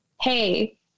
hey